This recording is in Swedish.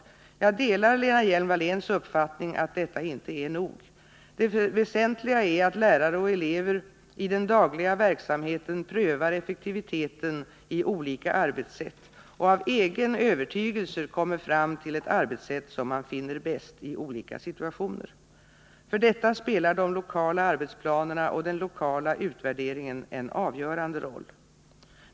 Jag delar Lena Hjelm-Walléns uppfattning att detta inte är nog. Det väsentliga är att lärare och elever i den dagliga verksamheten prövar effektiviteten i olika arbetssätt och av egen övertygelse kommer fram till ett arbetssätt som man finner bäst i olika situationer. För detta spelar de lokala arbetsplanerna och den lokala utvärderingen en avgörande roll.